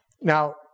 Now